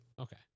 Okay